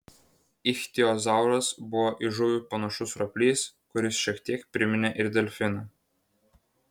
ichtiozauras buvo į žuvį panašus roplys kuris šiek tiek priminė ir delfiną